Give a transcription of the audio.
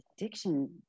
addiction